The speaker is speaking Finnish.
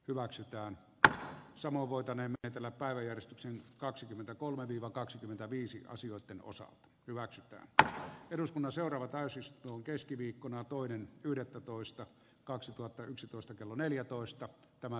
hyväksytään d sanoo voitaneen etelä päiväjärjestyksen kaksikymmentäkolme viivakaksikymmentäviisi asioitten osa hyväksyttyä että eduskunnan seuraava täysin se on keskiviikkona toinen yhdettätoista kaksituhattayksitoista kello neljätoista sisällöstä